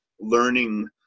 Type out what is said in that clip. learning